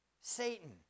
Satan